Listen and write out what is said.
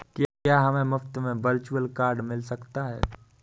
क्या हमें मुफ़्त में वर्चुअल कार्ड मिल सकता है?